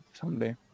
someday